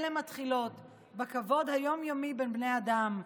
אלה מתחילים בכבוד היום-יומי בין בני האדם.